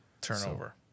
Turnover